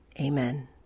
amen